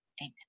amen